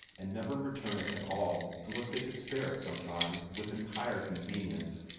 and never return it at all unless they could spare it sometime with entire convenience,